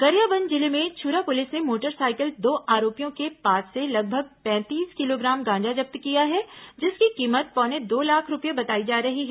गरियाबंद जिले में Chhura police motorcycle साइकिल दो आरोपियों के पास से लगभग पैंतीस किलोग्राम गांजा जब्त किया है जिसकी कीमत पौने दो लाख रूपए बताई जा रही है